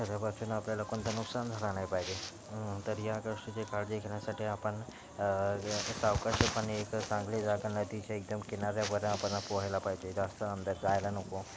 तर ह्या बाबतीने आपल्याला कोणाचं नुकसान झालं नाही पाहिजे तर या गोष्टीचे काळजी घेण्यासाठी आपण सावकाश पण एक चांगली जागा नदीच्या एकदम किनाऱ्यावर आपण पोहायला पाहिजे जास्त अंदर जायला नको